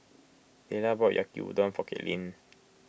Tayla bought Yaki Udon for Kaitlynn